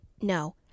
No